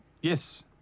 Yes